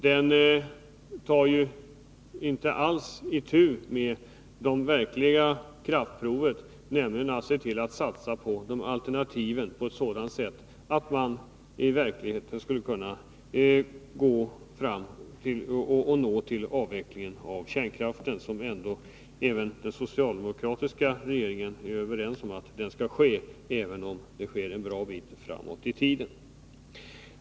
Den tar ju inte alls itu med det verkliga kraftprovet, nämligen att se till att satsa på alternativen på ett sådant sätt att man i verkligheten skulle kunna nå fram till en avveckling av kärnkraften. Också den socialdemokratiska regeringen anser ju att kärnkraften skall avvecklas, även om det sker en bra bit framåt i tiden.